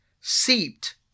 seeped